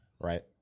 right